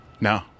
no